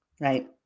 Right